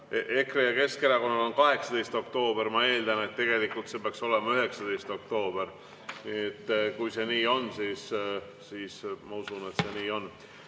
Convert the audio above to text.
EKRE‑l ja Keskerakonnal on 18. oktoober. Ma eeldan, et tegelikult peaks siin olema 19. oktoober. Kui see nii on, siis ma usun, et see nii on.